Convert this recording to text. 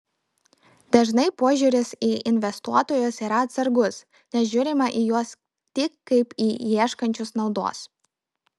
dažnai požiūris į investuotojus yra atsargus nes žiūrima į juos tik kaip į ieškančius naudos